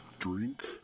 Drink